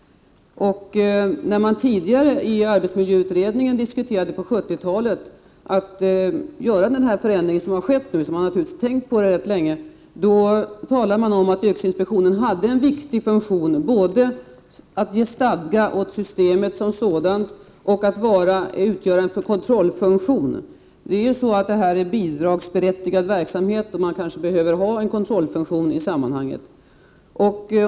När man tidigare i arbetsmiljöutredningen på 70-talet diskuterade att göra den förändring som har skett, som man nu har tänkt på rätt länge, talades det om att yrkesinspektionen hade en viktig funktion både i att ge stadga åt systemet som sådant och i att utgöra en kontrollfunktion. Det är ju bidragsberättigad verksamhet, och då kanske det behövs en kontrollfunktion i sammanhanget.